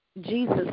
Jesus